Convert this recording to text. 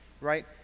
right